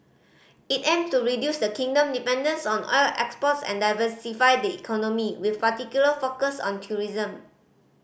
it aim to reduce the kingdom dependence on oil exports and diversify the economy with a particular focus on tourism